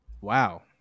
Wow